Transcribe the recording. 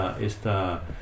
esta